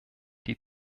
die